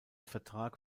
vertrag